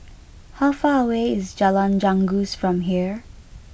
how far away is Jalan Janggus from here